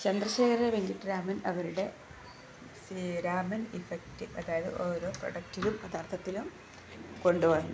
ചന്ദ്രശേഖരെ വെങ്കിട്ടരാമൻ അവരുടെ രാമൻ ഇഫക്റ്റ് അതായത് ഓരോ പ്രോഡക്റ്റിലും പദാർത്ഥത്തിലും കൊണ്ടുവന്നു